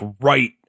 right